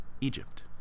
Egypt